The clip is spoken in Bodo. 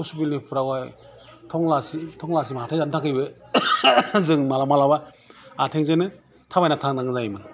कसुबिलिफ्रावहाय थंग्ला थंग्लासिम हाथाय जानो थाखायबो जों मालाबा मालाबा आथिंजोंनो थाबायना थांनो गोनां जायोमोन